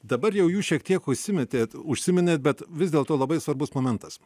dabar jau jūs šiek tiek užsimetėt užsiminėt bet vis dėlto labai svarbus momentas